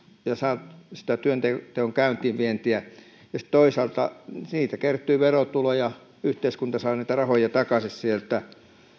ja sitä työnteon käyntiin vientiä ja sitten toisaalta siitä kertyy verotuloja yhteiskunta saa niitä rahoja takaisin sieltä